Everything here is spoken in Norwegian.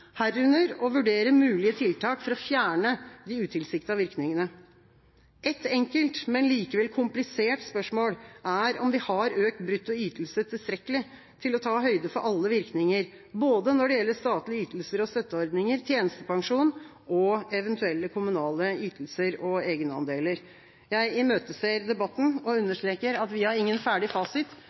herunder å vurdere mulige tiltak for å fjerne de utilsiktede virkningene. Ett enkelt, men likevel komplisert spørsmål er om vi har økt brutto ytelse tilstrekkelig til å ta høyde for alle virkninger både når det gjelder statlige ytelser og støtteordninger, tjenestepensjon og eventuelle kommunale ytelser og egenandeler. Jeg imøteser debatten og understreker at vi har ingen ferdig fasit,